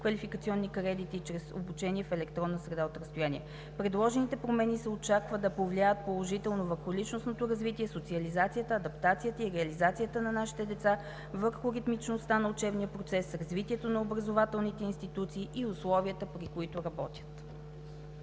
квалификационни кредити чрез обучение в електронна среда от разстояние. Предложените промени се очаква да повлияят положително върху личностното развитие, социализацията, адаптацията и реализацията на нашите деца, ритмичността на учебния процес, развитието на образователните институции и условията, при които работят.